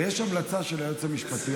ויש המלצה של היועץ המשפטי,